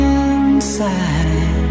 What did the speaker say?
inside